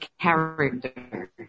character